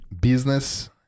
business